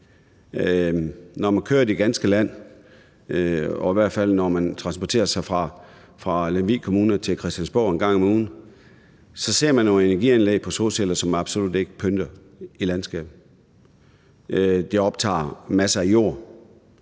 Når man kører i det ganske land, i hvert fald når man transporterer sig fra Lemvig Kommune til Christiansborg en gang om ugen, så ser man nogle energianlæg på solceller, som absolut ikke pynter i landskabet. De optager en masse jord.